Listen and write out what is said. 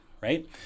right